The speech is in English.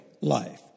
life